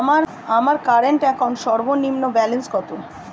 আমার current account সর্বনিম্ন balance কত?